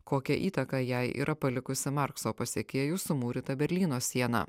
kokią įtaką jai yra palikusi markso pasekėjų sumūryta berlyno siena